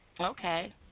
Okay